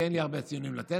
כי אין לי הרבה ציונים לתת,